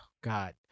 God